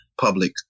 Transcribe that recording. public